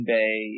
Bay